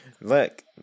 Look